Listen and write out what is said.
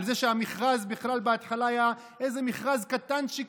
על זה שהמכרז בהתחלה היה בכלל איזה מכרז קטנצ'יק